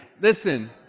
Listen